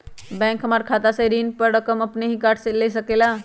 Bank हमार खाता से ऋण का रकम अपन हीं काट ले सकेला?